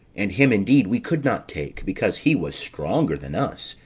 and him indeed we could not take, because he was stronger than us,